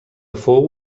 fou